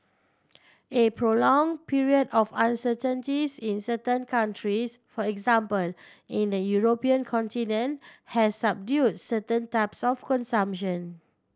a prolonged period of uncertainties in certain countries for example in the European continent has subdued certain types of consumption